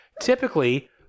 Typically